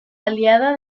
aliada